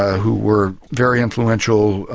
who were very influential,